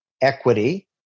equity